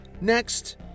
Next